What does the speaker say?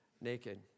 naked